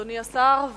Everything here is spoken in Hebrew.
אדוני השר,